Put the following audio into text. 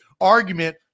argument